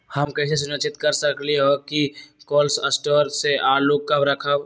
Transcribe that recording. हम कैसे सुनिश्चित कर सकली ह कि कोल शटोर से आलू कब रखब?